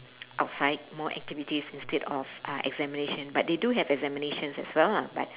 outside more activities instead of uh examination but they do have examinations as well lah but